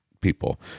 people